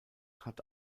hat